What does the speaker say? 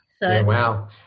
Wow